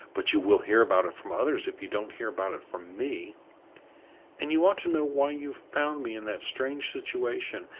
but you will hear about it from others, if you don't hear about it from me and you ought to know why you found me in that strange situation,